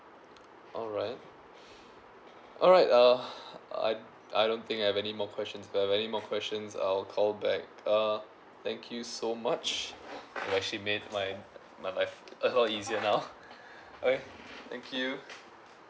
alright alright uh I I don't think I have any more questions if I've any more questions I'll call back uh thank you so much you actually made my my life a lot easier now alright thank you